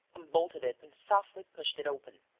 unbolted it and softly pushed it open.